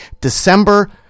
december